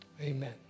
amen